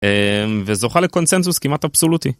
וזוכה לקונצנזוס כמעט אבסולוטי.